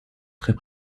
très